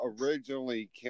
originally